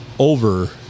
over